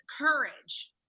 courage